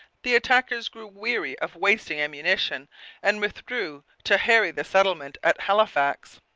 the attackers grew weary of wasting ammunition and withdrew to harry the settlement at halifax.